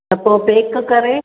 त पोइ पेक करे